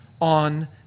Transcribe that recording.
on